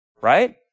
right